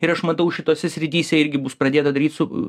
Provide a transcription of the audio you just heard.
ir aš matau šitose srityse irgi bus pradėta daryti su